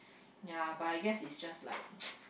ya but I guess it's just like